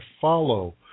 follow